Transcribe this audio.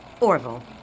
Orville